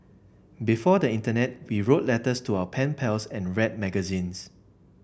before the internet we wrote letters to our pen pals and read magazines